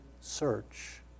search